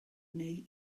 neu